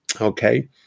okay